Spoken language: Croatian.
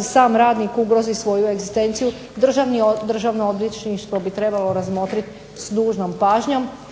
sam radnik ugrozi svoju egzistenciju, Državno odvjetništvo bi trebalo razmotriti s dužnom pažnjom